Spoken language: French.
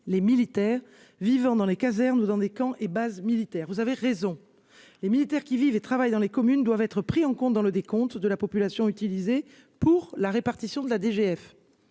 les militaires vivant dans les casernes ou dans des camps et bases militaires, vous avez raison, les militaires qui vivent et travaillent dans les communes doivent être pris en compte dans le décompte de la population, utilisé pour la répartition de la DGF,